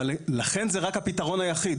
לכן זה רק הפתרון היחיד